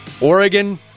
Oregon